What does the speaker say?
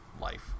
life